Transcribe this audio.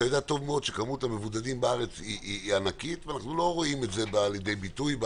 כמות המבודדים בארץ ענקית ואנחנו לא רואים את זה בא לידי ביטוי.